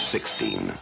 Sixteen